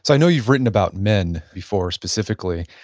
i know you've written about men before specifically,